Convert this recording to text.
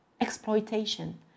exploitation